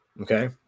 Okay